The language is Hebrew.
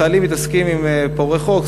חיילים מתעסקים עם פורעי חוק,